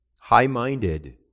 high-minded